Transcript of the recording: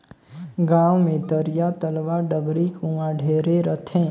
गांव मे तरिया, तलवा, डबरी, कुआँ ढेरे रथें